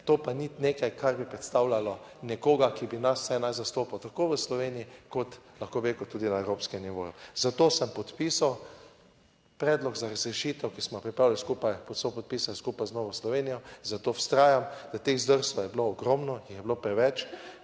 to pa ni nekaj, kar bi predstavljalo nekoga, ki bi nas vsaj naj zastopal tako v Sloveniji kot, lahko bi rekel, tudi na evropskem nivoju. Zato sem podpisal predlog za razrešitev, ki smo ga pripravili skupaj, sopodpisali skupaj z Novo Slovenijo. Zato vztrajam, da teh zdrsov je bilo ogromno, jih je bilo preveč.